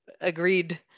agreed